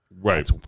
Right